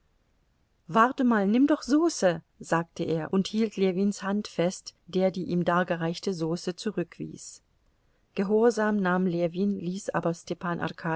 warte mal nimm doch sauce sagte er und hielt ljewins hand fest der die ihm dargereichte sauce zurückwies gehorsam nahm ljewin ließ aber stepan